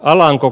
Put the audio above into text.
alanko